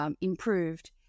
improved